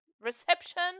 reception